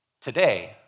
today